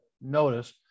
notice